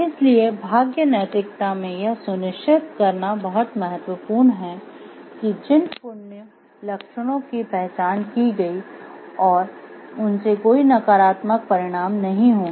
इसलिए भाग्य नैतिकता में यह सुनिश्चित करना बहुत महत्वपूर्ण है कि जिन पुण्य लक्षणों की पहचान की गई और उनसे कोई नकारात्मक परिणाम नहीं होंगे